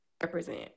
represent